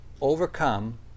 overcome